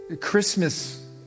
Christmas